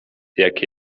jak